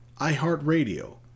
iHeartRadio